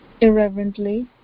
irreverently